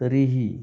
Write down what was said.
तरीही